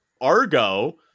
Argo